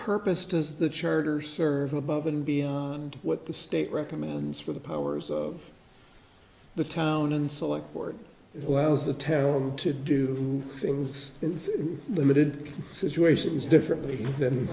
purpose does the church or serve above and beyond what the state recommends for the powers of the town and select board allows the town to do things in limited situations differently than